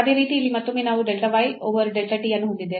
ಅದೇ ರೀತಿ ಇಲ್ಲಿ ಮತ್ತೊಮ್ಮೆ ನಾವು delta y over delta t ಅನ್ನು ಹೊಂದಿದ್ದೇವೆ